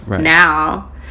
now